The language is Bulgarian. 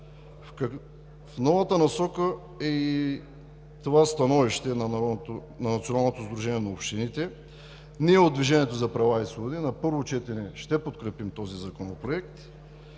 В новата насока е и това становище на Националното сдружение на общините. Ние от „Движението за права и свободи“ на първо четене ще подкрепим този законопроект.